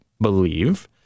believe